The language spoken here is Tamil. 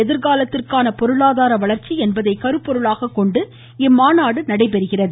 எதிர்காலத்திற்கான பொருளாதார திறன்மிகு வள்ச்சி என்பதை கருப்பொருளாகக் கொண்டு இம்மாநாடு நடைபெறுகிறது